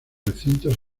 recintos